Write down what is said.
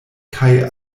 kaj